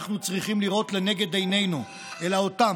צריכים לראות לנגד עינינו אלא אותם.